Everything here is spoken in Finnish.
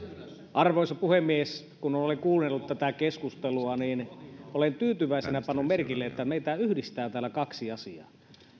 arvoisa puhemies kun olen kuunnellut tätä keskustelua niin olen tyytyväisenä pannut merkille että meitä yhdistää täällä kaksi asiaa